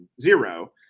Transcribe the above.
zero